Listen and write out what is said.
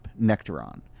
Nectaron